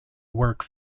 work